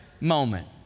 moment